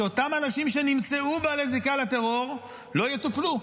שאותם אנשים שנמצאו בעלי זיקה לטרור לא יטופלו.